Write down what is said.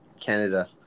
Canada